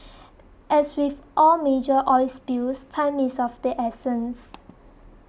as with all major oil spills time is of the essence